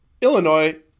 Illinois